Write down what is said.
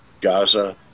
Gaza